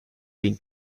been